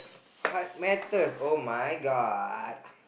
heart matters oh my god